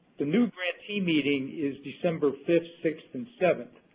the new grantee meeting is december fifth, sixth, and seventh.